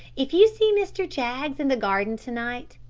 if you see mr. jaggs in the garden to-night,